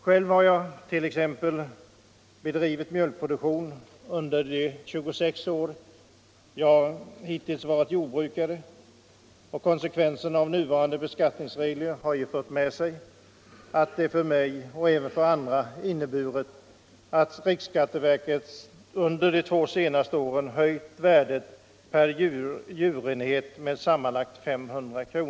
Själv har jag t.ex. bedrivit mjölkproduktion under de 26 år jag hittills varit jordbrukare. Nuvarande beskattningsregler har för mig och andra fört med sig att riksskatteverket under de två senaste åren höjt värdet per djurenhet med sammanlagt 500 kr.